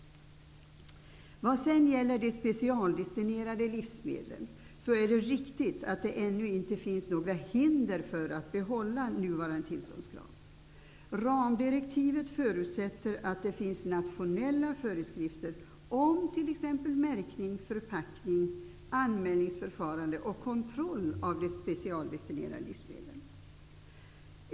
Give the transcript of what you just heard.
Vad gäller de specialdestinerade livsmedlen är det riktigt att det ännu inte finns några hinder för att behålla nuvarande tillståndskrav. Ramdirektivet förutsätter att det finns nationella föreskrifter om t.ex. märkning, förpackning, anmälningsförfarande och kontroll av de specialdestinerade livsmedlen.